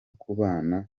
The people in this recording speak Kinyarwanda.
kubana